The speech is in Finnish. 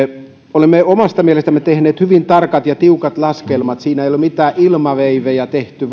olemme omasta mielestämme tehneet hyvin tarkat ja tiukat laskelmat siinä ei ole mitään ilmaveivejä tehty